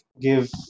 give